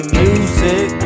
music